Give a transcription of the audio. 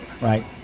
right